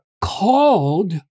called